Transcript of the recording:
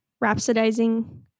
rhapsodizing